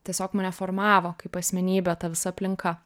tiesiog mane formavo kaip asmenybę ta visa aplinka